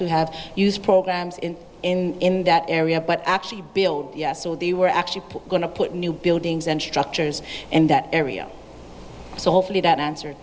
to have used programs in in in that area but actually build yes so they were actually going to put new buildings and structures and that area so hopefully that answer